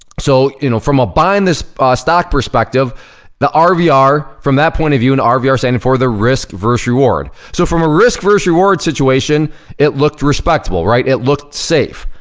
so you know from a buying this stock perspective the um rvr from that point of view, and um rvr standing for the risk versus reward, so from a risk versus reward situation it looked respectable, right? it looked safe.